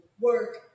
work